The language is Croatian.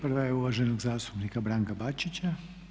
Prva je uvaženog zastupnika Branka Bačića.